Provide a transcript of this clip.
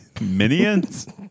minions